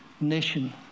Nation